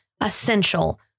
essential